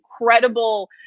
incredible